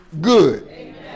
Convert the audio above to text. good